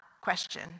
question